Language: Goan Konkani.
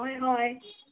हय हय